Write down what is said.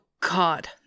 God